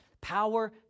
power